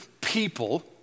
people